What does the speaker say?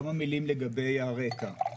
כמה מילים לגבי הרקע.